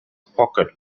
pocket